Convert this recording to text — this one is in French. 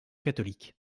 catholique